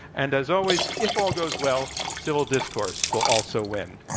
and as always, if all goes well, civil discourse will also win.